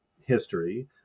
history